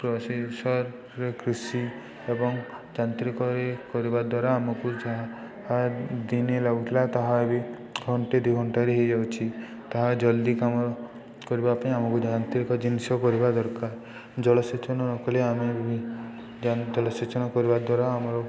କୃଷି ଏବଂ ଯାନ୍ତ୍ରିକରେ କରିବା ଦ୍ୱାରା ଆମକୁ ଯାହା ଦିନେ ଲାଗୁଥିଲା ତାହା ଏବେ ଘଣ୍ଟେ ଦୁଇ ଘଣ୍ଟାରେ ହେଇଯାଉଛି ତାହା ଜଲ୍ଦି କାମ କରିବା ପାଇଁ ଆମକୁ ଯାନ୍ତ୍ରିକ ଜିନିଷ କରିବା ଦରକାର ଜଳସେଚନ ନକଲେ ଆମେ ଜଳସେଚନ କରିବା ଦ୍ୱାରା ଆମର